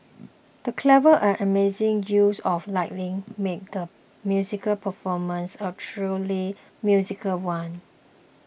the clever and amazing use of lighting made the musical performance a truly musical one